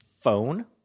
phone